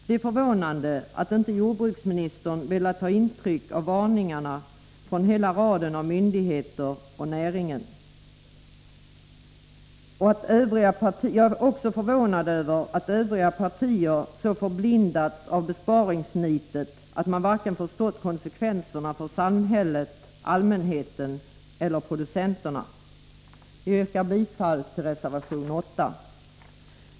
Det är förvånande att inte jordbruksministern velat ta intryck av varningarna från hela raden av myndigheter och från näringen. Jag är också förvånad över att övriga partier så har förblindats av besparingsnitet att de inte förstått konsekvenserna för samhället, allmänheten eller producenterna. Jag yrkar därför bifall till reservation 8.